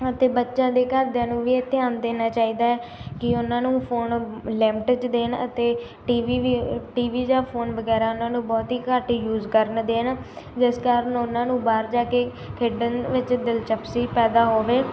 ਅਤੇ ਬੱਚਿਆਂ ਦੇ ਘਰਦਿਆਂ ਨੂੰ ਵੀ ਇਹ ਧਿਆਨ ਦੇਣਾ ਚਾਹੀਦਾ ਹੈ ਕਿ ਉਹਨਾਂ ਨੂੰ ਫੋਨ ਲਿਮਿਟ 'ਚ ਦੇਣ ਅਤੇ ਟੀ ਵੀ ਵੀ ਟੀ ਵੀ ਜਾਂ ਫੋਨ ਵਗੈਰਾ ਉਹਨਾਂ ਨੂੰ ਬਹੁਤ ਹੀ ਘੱਟ ਯੂਜ ਕਰਨ ਦੇਣ ਜਿਸ ਕਾਰਨ ਉਹਨਾਂ ਨੂੰ ਬਾਹਰ ਜਾ ਕੇ ਖੇਡਣ ਵਿੱਚ ਦਿਲਚਸਪੀ ਪੈਦਾ ਹੋਵੇ